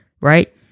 Right